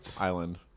Island